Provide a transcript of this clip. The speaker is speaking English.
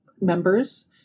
members